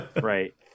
Right